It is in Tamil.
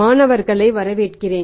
மாணவர்களை வரவேற்கிறேன்